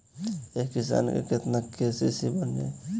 एक किसान के केतना के.सी.सी बन जाइ?